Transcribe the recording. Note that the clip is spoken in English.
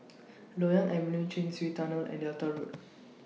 Loyang Avenue Chin Swee Tunnel and Delta Road